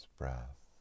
breath